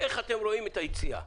איך אתם רואים את היציאה.